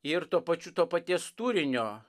ir tuo pačiu to paties turinio